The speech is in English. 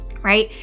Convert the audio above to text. right